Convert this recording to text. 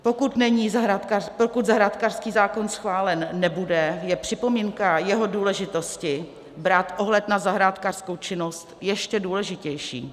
Pokud zahrádkářský zákon schválen nebude, je připomínka jeho důležitosti brát ohled na zahrádkářskou činnost ještě důležitější.